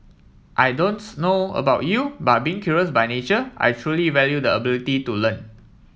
I don't know about you but being curious by nature I truly value the ability to learn